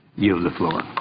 yield the one